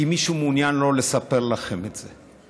כי מישהו מעוניין לא לספר לכם את זה.